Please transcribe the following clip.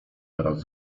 teraz